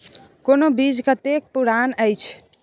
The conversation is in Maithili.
कोनो बीज कतेक पुरान अछि?